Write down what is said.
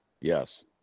yes